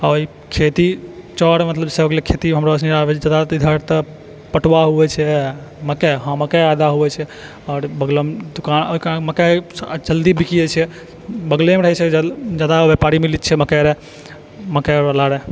आ खेती चाउर मतलब हो गेलै खेती पटुआ होइ छै मकइ हॅं मकइ आधा होइ छै और मकइ जल्दी बिक जाइ छै बगले मे रहै छै जादा व्यापारी मिल जाइ छै मकइ लए मकइ